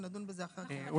ונדון בזה בהמשך.